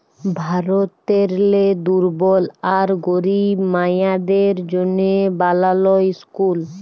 ভারতেরলে দুর্বল আর গরিব মাইয়াদের জ্যনহে বালাল ইসকুল